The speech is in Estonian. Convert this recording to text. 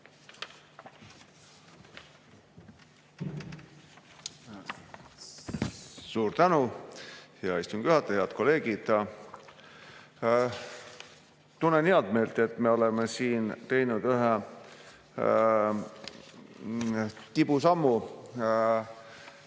Suur tänu, hea istungi juhataja! Head kolleegid! Tunnen head meelt, et me oleme siin teinud ühe tibusammu